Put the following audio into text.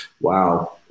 wow